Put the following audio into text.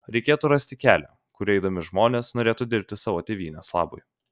reikėtų rasti kelią kuriuo eidami žmonės norėtų dirbti savo tėvynės labui